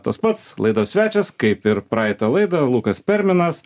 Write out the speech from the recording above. tas pats laidos svečias kaip ir praeitą laidą lukas perminas